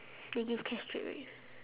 they give cash straight right